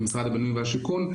כמשרד הבינוי והשיכון,